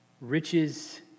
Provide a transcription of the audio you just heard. riches